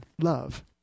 love